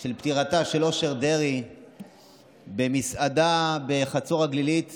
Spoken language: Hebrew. של פטירתה של אושר דרעי במסעדה בחצור הגלילית